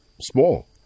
small